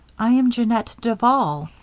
i am jeannette duval,